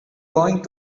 going